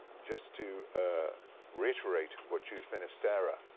just to reiterate what jude finisterra,